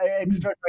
extra